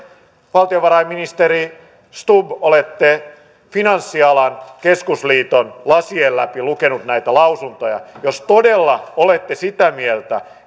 valtiovarainministeri stubb olette finanssialan keskusliiton lasien läpi lukenut näitä lausuntoja jos todella olette sitä mieltä